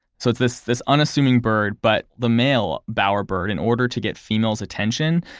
so it's this this unassuming bird, but the male bower bird, in order to get female's attention,